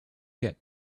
get